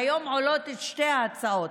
היום עולות שתי ההצעות: